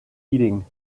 eating